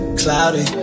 cloudy